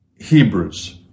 hebrews